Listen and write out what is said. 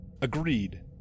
Agreed